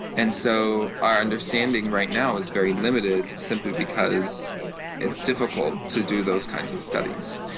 and so our understanding right now is very limited simply because it's difficult to do those kinds of studies.